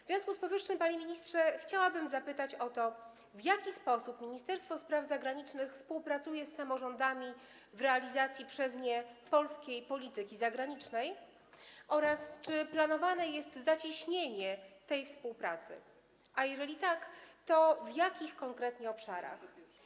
W związku z powyższym, panie ministrze, chciałabym zapytać o to, w jaki sposób Ministerstwo Spraw Zagranicznych współpracuje z samorządami w zakresie realizacji przez nie polskiej polityki zagranicznej oraz czy planowane jest zacieśnienie tej współpracy, a jeżeli tak, to w jakich konkretnie obszarach.